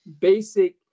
basic